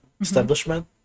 establishment